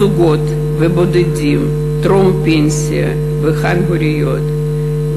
זוגות ובודדים, טרום-פנסיה וחד-הוריות.